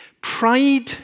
Pride